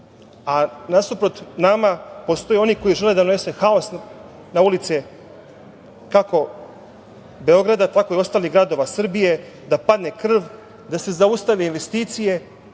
a nasuprot nama postoje oni koji žele da donesu haos na ulice kako Beograda, tako i ostalih gradova Srbije, da padne krv, da se zaustave investicije,